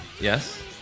Yes